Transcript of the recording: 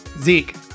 Zeke